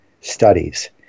Studies